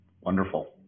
Wonderful